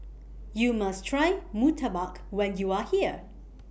YOU must Try Murtabak when YOU Are here